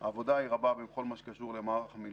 העבודה היא רבה בכל מה שקשור במערך המילואים.